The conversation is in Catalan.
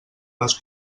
les